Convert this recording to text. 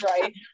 right